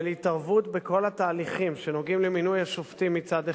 של התערבות בכל התהליכים שנוגעים במינוי השופטים מצד אחד,